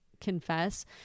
confess